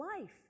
life